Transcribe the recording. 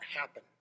happen